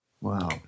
Wow